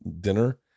dinner